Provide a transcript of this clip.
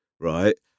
right